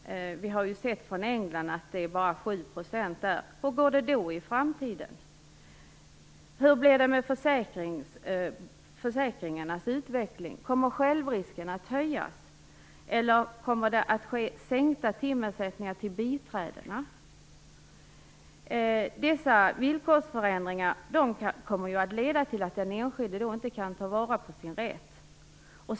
Vi har ju sett att det bara handlar om 7 % i England. Hur blir det med försäkringarnas utveckling? Kommer självriskerna att höjas, eller kommer det att bli sänkta timersättningar till biträdena? Dessa villkorsförändringar kommer att leda till att den enskilde inte kan ta vara på sin rätt.